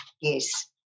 yes